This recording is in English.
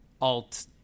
alt